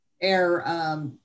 air